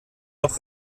noch